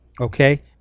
Okay